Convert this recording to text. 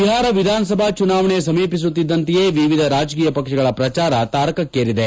ಬಿಹಾರ ವಿಧಾನಸಭಾ ಚುನಾವಣೆ ಸಮೀಸುತ್ತಿದ್ದಂತೆಯೇ ವಿವಿಧ ರಾಜಕೀಯ ಪಕ್ಷಗಳ ಪ್ರಚಾರ ತಾರಕ್ಕೇರಿದೆ